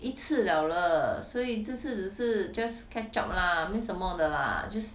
一次 liao 了所以这次只是 just catch up lah 没什么的 lah 就是